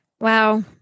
Wow